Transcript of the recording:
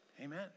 Amen